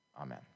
Amen